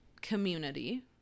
community